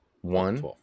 One